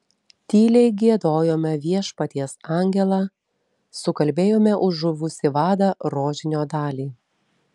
tyliai giedojome viešpaties angelą sukalbėjome už žuvusį vadą rožinio dalį